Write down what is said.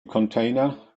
container